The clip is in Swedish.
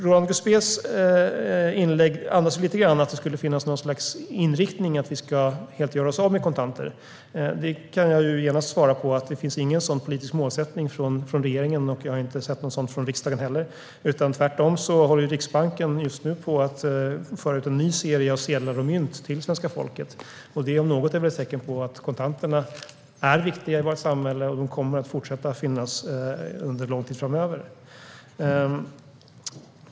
Roland Gustbées inlägg andas lite grann att det finns en inriktning att vi helt ska göra oss av med kontanter. Jag kan genast säga att det inte finns någon sådan politisk målsättning från regeringen, och jag har inte heller inte sett någon sådan från riksdagen. Tvärtom håller Riksbanken på att föra ut en ny serie sedlar och mynt till svenska folket, och det om något är väl ett tecken på att kontanter är viktiga i vårt samhälle och att de kommer att fortsätta att finnas under lång tid framöver.